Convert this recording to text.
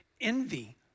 envy